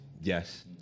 Yes